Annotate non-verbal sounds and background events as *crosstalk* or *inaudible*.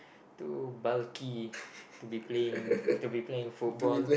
too bulky *breath* to be playing to be playing football